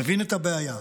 אני מבין את הבעיה.